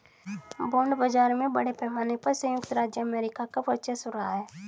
bond बाजार में बड़े पैमाने पर सयुक्त राज्य अमेरिका का वर्चस्व रहा है